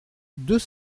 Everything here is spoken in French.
deux